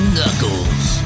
Knuckles